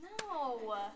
No